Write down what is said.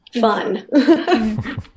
fun